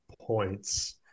points